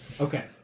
Okay